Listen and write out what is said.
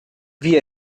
wie